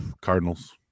Cardinals